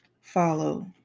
follow